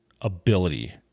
ability